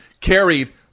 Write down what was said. carried